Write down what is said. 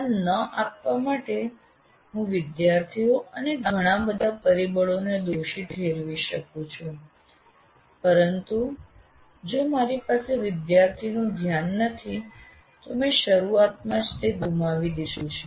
ધ્યાન ન આપવા માટે હું વિદ્યાર્થીઓ અને ઘણા પરિબળોને દોષી ઠેરવી શકું છું પરંતુ જો મારી પાસે વિદ્યાર્થીનું ધ્યાન નથી તો મેં શરૂઆતમાં જ તે ગુમાવી દીધું છે